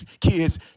kids